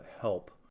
help